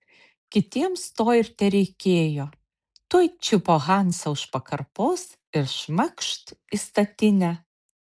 kitiems to ir tereikėjo tuoj čiupo hansą už pakarpos ir šmakšt į statinę